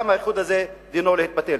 וגם האיחוד הזה דינו להתבטל.